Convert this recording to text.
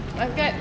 I get